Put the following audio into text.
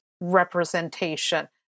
representation